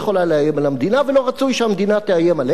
לאיים על המדינה ולא רצוי שהמדינה תאיים עליהם.